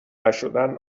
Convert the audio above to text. نشدن